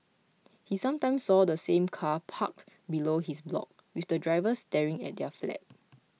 he sometimes saw the same car parked below his block with the driver staring at their flat